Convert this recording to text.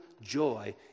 joy